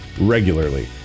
regularly